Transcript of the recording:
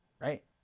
right